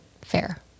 fair